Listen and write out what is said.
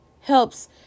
helps